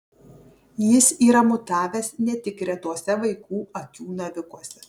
jis yra mutavęs ne tik retuose vaikų akių navikuose